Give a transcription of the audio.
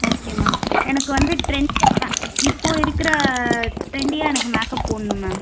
okay ma'am எனக்கு வந்து trend ஆ இப்போது இருக்கிற ட்ரெண்டியாக எனக்கு மேக்கப் போடணும் மேம்